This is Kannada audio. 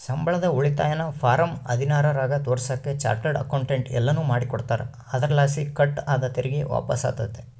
ಸಂಬಳದ ಉಳಿತಾಯನ ಫಾರಂ ಹದಿನಾರರಾಗ ತೋರಿಸಾಕ ಚಾರ್ಟರ್ಡ್ ಅಕೌಂಟೆಂಟ್ ಎಲ್ಲನು ಮಾಡಿಕೊಡ್ತಾರ, ಅದರಲಾಸಿ ಕಟ್ ಆದ ತೆರಿಗೆ ವಾಪಸ್ಸಾತತೆ